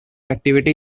activity